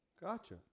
Gotcha